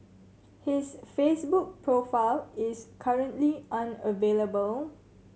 his Facebook profile is currently unavailable